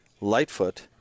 Lightfoot